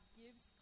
gives